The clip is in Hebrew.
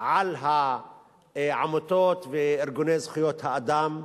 על העמותות וארגוני זכויות האדם,